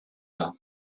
her